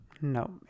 No